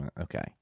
Okay